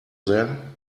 there